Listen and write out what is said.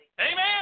Amen